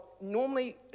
normally